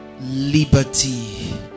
liberty